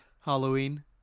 Halloween